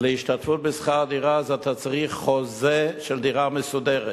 כי להשתתפות בשכר דירה אתה צריך חוזה של דירה מסודרת.